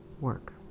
work